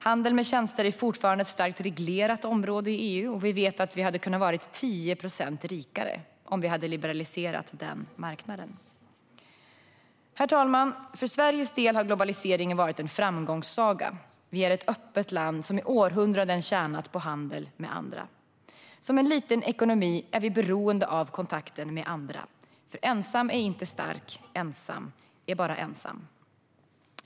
Handel med tjänster är fortfarande ett starkt reglerat område i EU, och vi vet att vi hade kunnat vara 10 procent rikare om vi hade liberaliserat den marknaden. Herr talman! För Sveriges del har globaliseringen varit en framgångssaga. Vi är ett öppet land som i århundraden tjänat på handel med andra. Som en liten ekonomi är vi beroende av kontakten med andra. För ensam är inte stark - ensam är bara ensam.